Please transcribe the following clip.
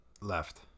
left